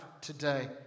today